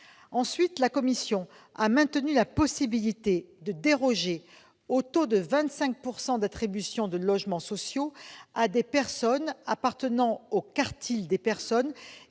Ensuite, la commission a maintenu la possibilité de déroger au taux de 25 % d'attributions de logements sociaux à des personnes appartenant au quartile des personnes